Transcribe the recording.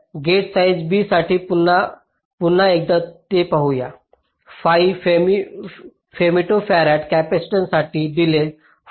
तर gate size B साठी पुन्हा एकदा ते पाहूया 5 फेमिटोफॅरड कपॅसिटन्ससाठी डिलेज 45 पिकोसेकंद होता